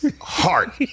Heart